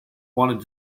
wanted